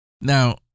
Now